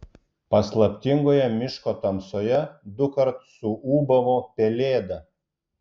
paslaptingoje miško tamsoje dukart suūbavo pelėda